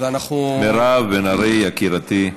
ואנחנו, מירב בן ארי, יקירתי.